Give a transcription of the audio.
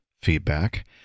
feedback